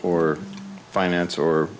or finance or